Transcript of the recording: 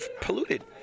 polluted